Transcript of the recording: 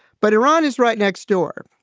but iran is right next door.